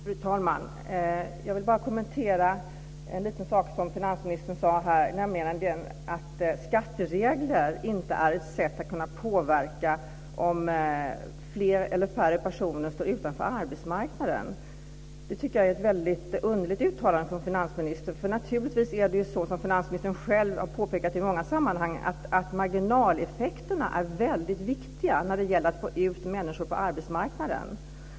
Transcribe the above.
Fru talman! Jag vill bara kommentera en liten sak som finansministern sade, nämligen att skatteregler inte är ett sätt att påverka om fler eller färre personer ska stå utanför arbetsmarknaden. Det tycker jag är ett väldigt underligt uttalande från finansministern. Naturligtvis är det så, som finansministern själv har påpekat i många sammanhang, att marginaleffekterna är väldigt viktiga när det gäller att få ut människor på arbetsmarknaden.